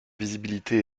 visibilité